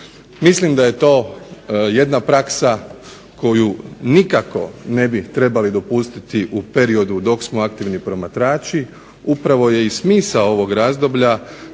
Mislim da je to jedna praksa koju nikako ne bi trebali dopustiti u periodu dok smo aktivni promatrači. Upravo je i smisao ovog razdoblja